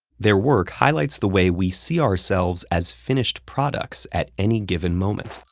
their work highlights the way we see ourselves as finished products at any given moment.